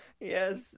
Yes